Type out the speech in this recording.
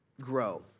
grow